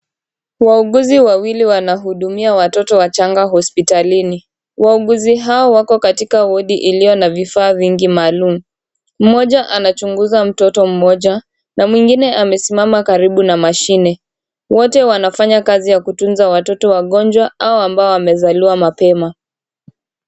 Wauguzi wawili wanahudumia watoto wachanga hospitalini. Waguzi hao wako katika wodi iliyona vifaa vingi maalum. Mmoja anachunguza mtoto mmoja na mwengine amesimama karibu na mashine. Wote wanafanya kazi ya kutunza watoto wagonjwa au ambao wamezaliwa mapema.